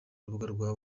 rubuga